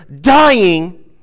dying